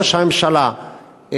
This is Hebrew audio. ראש הממשלה,